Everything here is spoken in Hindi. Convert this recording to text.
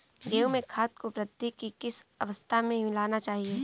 गेहूँ में खाद को वृद्धि की किस अवस्था में मिलाना चाहिए?